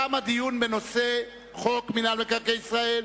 תם הדיון בנושא חוק מינהל מקרקעי ישראל,